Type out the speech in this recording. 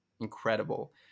incredible